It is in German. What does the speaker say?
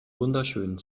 wunderschönen